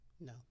No